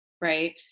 right